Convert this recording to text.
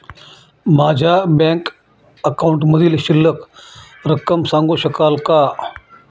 माझ्या बँक अकाउंटमधील शिल्लक रक्कम सांगू शकाल का?